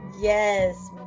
Yes